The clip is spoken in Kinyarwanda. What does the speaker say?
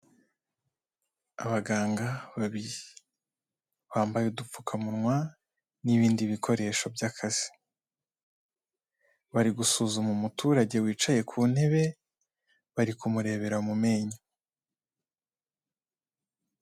Abaganga babiri bambaye udupfukamunwa n'ibindi bikoresho by'akazi, bari gusuzuma umuturage wicaye ku ntebe, bari kumurebera mu menyo.